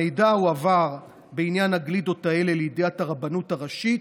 המידע בעניין הגלידות האלה הועבר לידיעת הרבנות הראשית,